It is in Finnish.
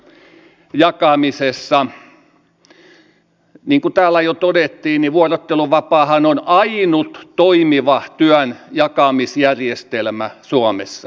niin kuin täällä jo todettiin niin vuorotteluvapaahan on ainut toimiva työn jakamisjärjestelmä suomessa